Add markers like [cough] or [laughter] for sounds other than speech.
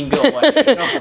[laughs]